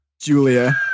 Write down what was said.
Julia